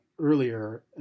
earlier